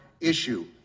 issue